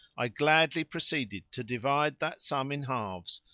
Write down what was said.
i gladly proceeded to divide that sum in halves,